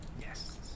Yes